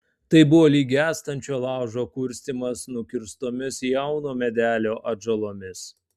tai buvo lyg gęstančio laužo kurstymas nukirstomis jauno medelio atžalomis